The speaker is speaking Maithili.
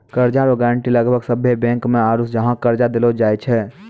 कर्जा रो गारंटी लगभग सभ्भे बैंको मे आरू जहाँ कर्जा देलो जाय छै